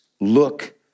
look